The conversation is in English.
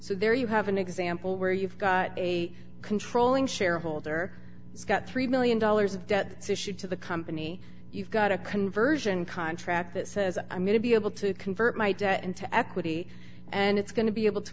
so there you have an example where you've got a controlling shareholder got three million dollars of debt so should to the company you've got a conversion contract that says i'm going to be able to convert my debt into equity and it's going to be able to